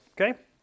Okay